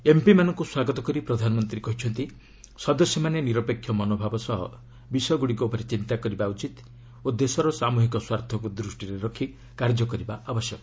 ଏମ୍ପିମାନଙ୍କୁ ସ୍ୱାଗତ କରି ପ୍ରଧାନମନ୍ତ୍ରୀ କହିଛନ୍ତି ସଦସ୍ୟମାନେ ନିରପେକ୍ଷ ମନଭାବ ସହ ବିଷୟଗୁଡ଼ିକ ଉପରେ ଚିନ୍ତା କରିବା ଉଚିତ୍ ଓ ଦେଶର ସାମ୍ବହିକ ସ୍ୱାର୍ଥକୁ ଦୃଷ୍ଟିରେ ରଖି କାର୍ଯ୍ୟକରିବା ଆବଶ୍ୟକ